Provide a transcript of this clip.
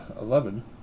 Eleven